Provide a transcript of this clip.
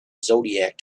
zodiac